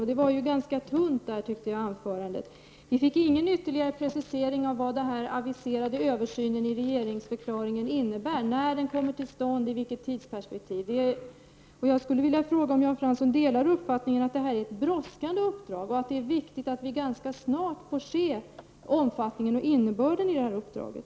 Där var anförandet ganska tunt, tycker jag. Det innehöll inte någon ytterligare precisering över vad den aviserade översynen i regeringsförklaringen innebär, när den kommer till stånd och i vilket tidsperspektiv. Delar Jan Fransson uppfattningen att detta är ett brådskande uppdrag och att det är viktigt att vi ganska snart får se omfattningen av och innebörden i detta uppdrag?